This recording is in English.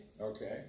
Okay